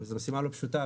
זו משימה לא פשוטה,